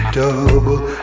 double